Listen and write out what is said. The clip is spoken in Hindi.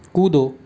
कूदो